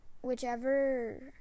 whichever